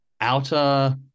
outer